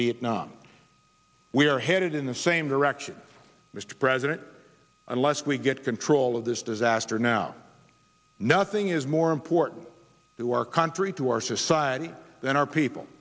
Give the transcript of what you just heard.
vietnam we are headed in the same direction mr president unless we get control of this disaster now nothing is more important to our country to our society and our people